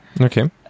Okay